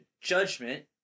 judgment